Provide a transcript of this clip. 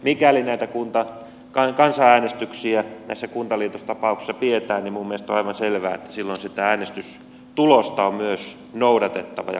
mikäli näitä kansanäänestyksiä näissä kuntaliitostapauksissa pidetään niin minun mielestäni on aivan selvää että silloin sitä äänestystulosta on myös noudatettava ja kunnioitettava